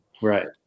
right